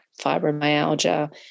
fibromyalgia